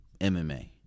mma